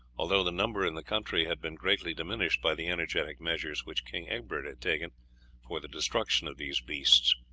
although the number in the country had been greatly diminished by the energetic measures which king egbert had taken for the destruction of these beasts.